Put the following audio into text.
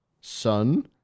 Sun